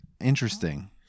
interesting